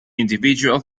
individual